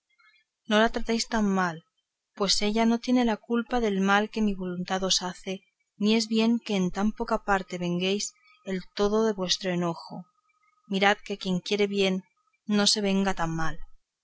no la tratéis tan mal pues ella no tiene la culpa del mal que mi voluntad os hace ni es bien que en tan poca parte venguéis el todo de vuestro enojo mirad que quien quiere bien no se venga tan mal